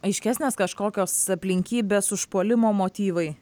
aiškesnės kažkokios aplinkybės užpuolimo motyvai